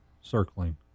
circling